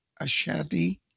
Ashadi